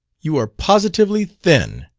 you are positively thin.